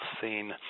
seen